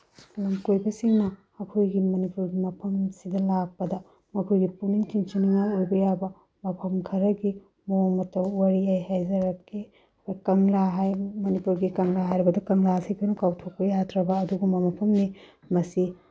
ꯂꯝꯀꯣꯏꯕꯁꯤꯡꯅ ꯑꯩꯈꯣꯏꯒꯤ ꯃꯅꯤꯄꯨꯔꯒꯤ ꯃꯐꯝꯁꯤꯗ ꯂꯥꯛꯄꯗ ꯃꯈꯣꯏꯒꯤ ꯄꯨꯛꯅꯤꯡ ꯆꯤꯡꯁꯤꯟꯅꯤꯉꯥꯏ ꯑꯣꯏꯕ ꯌꯥꯕ ꯃꯐꯝ ꯈꯔꯒꯤ ꯃꯑꯣꯡ ꯃꯇꯧ ꯋꯥꯔꯤ ꯑꯩ ꯍꯥꯏꯖꯔꯛꯀꯦ ꯑꯩꯈꯣꯏ ꯀꯪꯂꯥ ꯃꯅꯤꯄꯨꯔꯒꯤ ꯀꯪꯂꯥ ꯍꯥꯏꯔꯕꯗꯨ ꯀꯪꯂꯥꯁꯤ ꯑꯩꯈꯣꯏꯅ ꯀꯥꯎꯊꯣꯛꯄ ꯌꯥꯗ꯭ꯔꯕ ꯑꯗꯨꯒꯨꯝꯕ ꯃꯐꯝꯅꯤ ꯃꯁꯤ